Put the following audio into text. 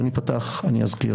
אני אזכיר.